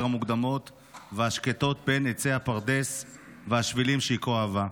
המוקדמות והשקטות בין עצי הפרדס והשבילים שהיא כה אהבה.